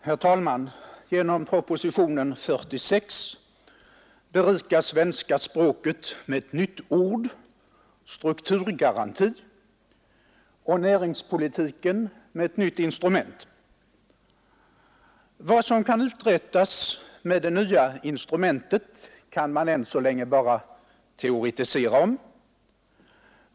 Herr talman! Genom propositionen 46 berikas svenska språket med ett nytt ord — strukturgaranti — och näringspolitiken med ett nytt instrument. Vad som kan uträttas med det nya instrumentet kan man än så länge bara teoretisera om.